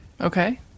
Okay